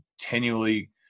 continually